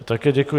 Také děkuji.